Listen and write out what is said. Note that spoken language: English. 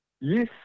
Yes